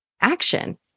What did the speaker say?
Action